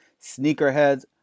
sneakerheads